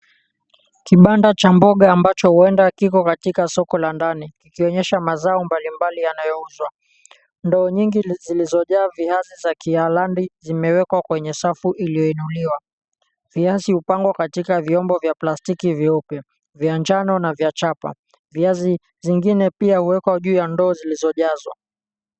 Kibanda cha mboga ambacho huenda kiko katika soko la ndani kikionyesha mazao mbalimbali yanayoyouzwa. Ndoo nyingi zilizojaa viazi za kihalandi zimewekwa kwenye safu iliyoinuliwa. Viazi hupangwa katika vyombo vya plastiki vyeupe, vya njano na vya chapa. Viazi zingine pia huwekwa juu ya ndoo zilizojazwa.